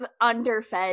underfed